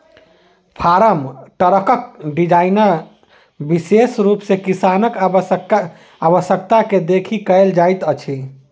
farm ट्रकक design विशेष रूप सॅ किसानक आवश्यकता के देखि कयल जाइत अछि